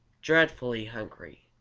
dreadfully hungry.